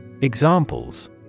Examples